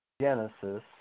Genesis